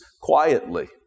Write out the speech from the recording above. quietly